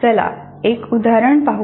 चला एक उदाहरण पाहू